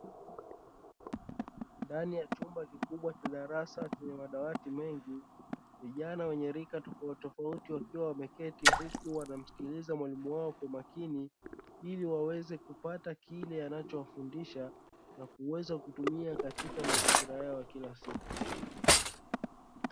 Ndani ya chumba kikubwa cha darasa chenye madawati mengi vijana wa rika tofauti tofauti wakiwa wameketi, huku wanamsikiliza mwalimu wao kwa makini, ili waweze kupata kile anachowafundisha na kuweza kutumia katika mazingira yao ya kila siku.